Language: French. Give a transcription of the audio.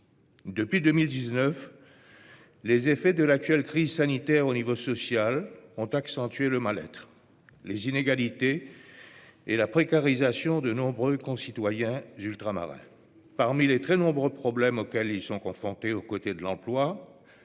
Depuis 2019, les effets de l'actuelle crise sanitaire ont accentué le mal-être social, les inégalités et la précarisation de nombreux concitoyens ultramarins. Parmi les très nombreux problèmes auxquels ils sont confrontés, c'est